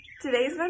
Today's